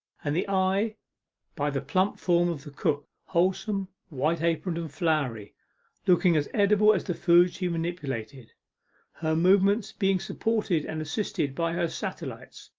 and the eye by the plump form of the cook, wholesome, white-aproned, and floury looking as edible as the food she manipulated her movements being supported and assisted by her satellites,